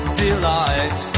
delight